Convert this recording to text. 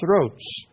throats